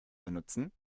benutzen